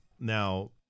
Now